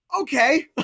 okay